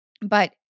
But-